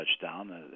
touchdown